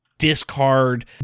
discard